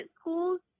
schools